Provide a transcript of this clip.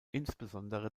insbesondere